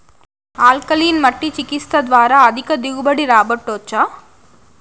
alkaline మట్టి చికిత్స ద్వారా అధిక దిగుబడి రాబట్టొచ్చా